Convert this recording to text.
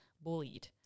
bullied